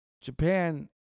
Japan